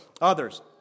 others